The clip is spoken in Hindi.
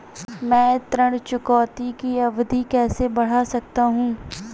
मैं ऋण चुकौती की अवधि कैसे बढ़ा सकता हूं?